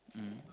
mm